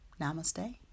Namaste